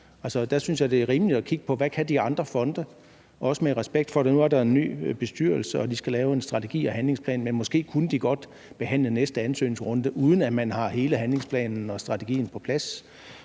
det er rimeligt at kigge på, hvad de andre fonde kan, også med respekt for, at der nu er en ny bestyrelse, og at de skal lave en strategi og handlingsplan, men måske kunne de godt behandle den næste ansøgningsrunde, uden at man har hele handlingsplanen og strategien på plads.